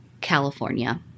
California